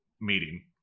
meeting